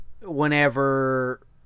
whenever